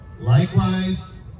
Likewise